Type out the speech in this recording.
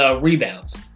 rebounds